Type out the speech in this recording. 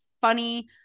funny